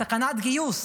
סכנת גיוס,